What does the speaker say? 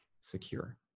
secure